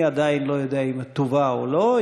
אני עדיין לא יודע אם תובא או לא.